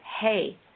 hey